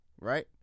Right